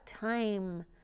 time